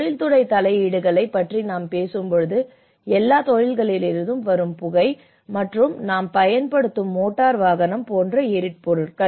தொழில்துறை தலையீடுகளைப் பற்றி நாம் பேசும்போது எல்லா தொழில்களிலிருந்தும் வரும் புகை மற்றும் நாம் பயன்படுத்தும் மோட்டார் வாகனம் போன்ற எரிபொருள்கள்